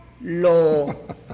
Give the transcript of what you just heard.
lo